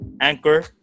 Anchor